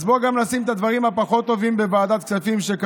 אז בוא ונשים גם את הדברים הפחות-טובים שקרו בוועדת הכספים.